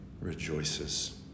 rejoices